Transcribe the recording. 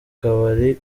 kabari